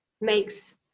makes